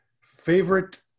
Favorite